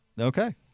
Okay